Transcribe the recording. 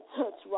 touch